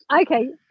Okay